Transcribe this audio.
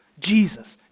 Jesus